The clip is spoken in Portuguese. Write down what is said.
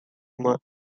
uma